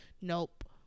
Nope